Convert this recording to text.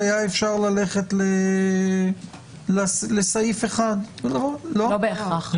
היה אפשר ללכת לסעיף 1. לא בהכרח.